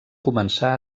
començar